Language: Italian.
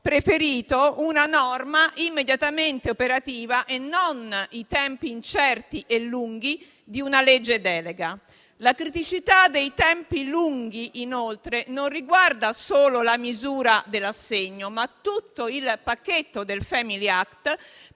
preferito una norma immediatamente operativa e non i tempi incerti e lunghi di un disegno di legge di delega. La criticità dei tempi lunghi, inoltre, non riguarda solo la misura dell'assegno, ma tutto il pacchetto del *family act*,